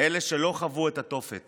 אלה שלא חוו את התופת